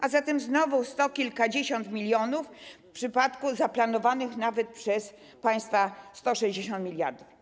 A zatem znowu sto kilkadziesiąt milionów w przypadku zaplanowanych nawet przez państwa 160 mld.